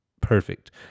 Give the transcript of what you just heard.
perfect